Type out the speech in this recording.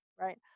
right